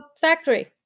factory